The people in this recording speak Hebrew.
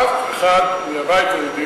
אף אחד מהבית היהודי,